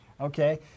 okay